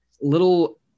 little